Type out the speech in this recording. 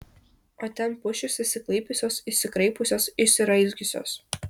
o ten pušys išsiklaipiusios išsikraipiusios išsiraizgiusios